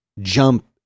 jump